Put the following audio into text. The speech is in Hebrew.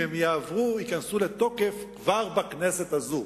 אם הם יעברו הם ייכנסו לתוקף כבר בכנסת הזאת.